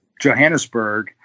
Johannesburg